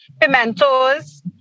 pimentos